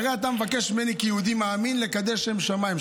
הרי אתה מבקש ממני כיהודי מאמין לקדש שם שמיים,